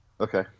okay